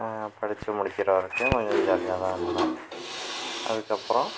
படித்து முடிக்கிற வரைக்கும் கொஞ்சம் ஜாலியாக தான் இருந்தேன் அதுக்கப்புறம்